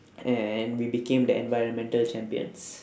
and we became the environmental champions